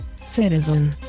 citizen